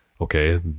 okay